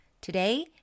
Today